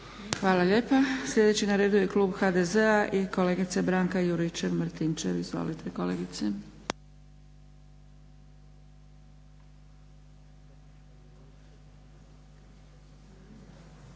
Hvala lijepa. Sljedeći na redu je klub HDZ-a i kolegica Branka Juričev Martinčev. Izvolite kolegice.